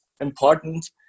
important